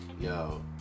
yo